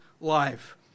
life